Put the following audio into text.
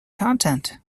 content